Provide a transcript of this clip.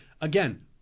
Again